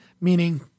meaning